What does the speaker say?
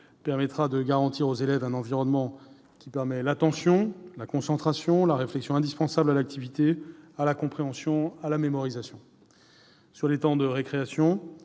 permettra de garantir aux élèves un environnement favorisant l'attention, la concentration et la réflexion indispensables à l'activité, à la compréhension et à la mémorisation. Durant les temps de récréation,